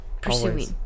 pursuing